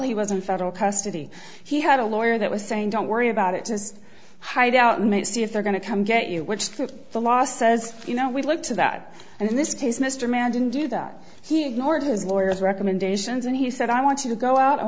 he was in federal custody he had a lawyer that was saying don't worry about it just hide out mate see if they're going to come get you which the law says you know we look to that and in this case mr mann didn't do that he ignored his lawyers recommendations and he said i want to go out